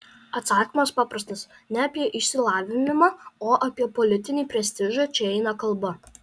atsakymas paprastas ne apie išsilavinimą o apie politinį prestižą čia eina kalba